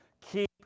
keep